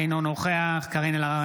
אינו נוכח קארין אלהרר,